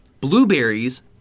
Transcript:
Blueberries